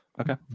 Okay